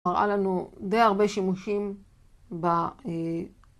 ‫מראה לנו די הרבה שימושים ‫במחקר.